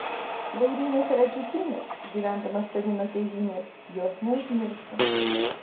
laurynas radziukynas gyvendamas toli nuo tėvynės jos neužmiršo